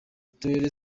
uturere